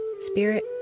Spirit